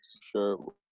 sure